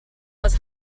was